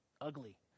ugly